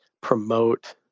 promote